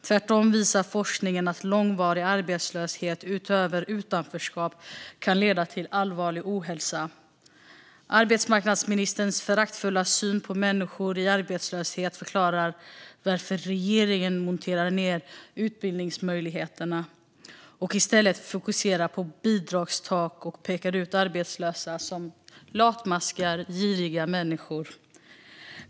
Tvärtom visar forskning att utöver utanförskap kan långvarig arbetslöshet också leda till allvarlig ohälsa. Arbetsmarknadsministerns föraktfulla syn på människor i arbetslöshet förklarar varför regeringen monterar ned utbildningsmöjligheterna och i stället fokuserar på bidragstak och pekar ut arbetslösa som latmaskar och giriga människor.